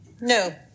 No